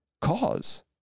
cause